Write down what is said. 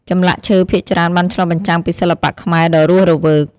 ចម្លាក់ឈើភាគច្រើនបានឆ្លុះបញ្ចាំងពីសិល្បៈខ្មែរដ៏រស់រវើក។